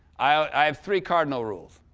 i i have three cardinal rules.